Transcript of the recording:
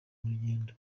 rugendo